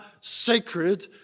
sacred